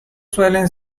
suelen